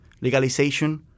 legalization